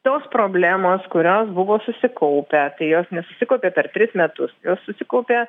tos problemos kurios buvo susikaupę kai jos susikaupė per tris metus susikaupė